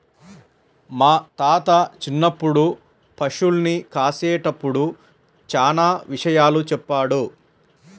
మా తాత చిన్నప్పుడు పశుల్ని కాసేటప్పుడు చానా విషయాలు చెప్పాడు